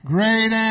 Great